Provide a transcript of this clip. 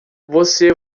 você